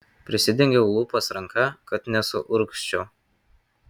prisidengiau lūpas ranka kad nesuurgzčiau